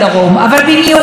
הגליל,